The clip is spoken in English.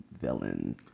villain